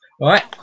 right